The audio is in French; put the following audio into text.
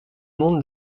monde